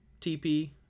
TP